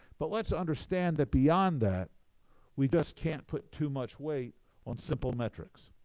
but let's understand that beyond that we just can't put too much weight on simple metrics.